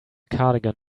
cardigan